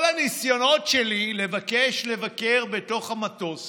כל הניסיונות שלי לבקש לבקר בתוך המטוס